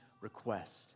request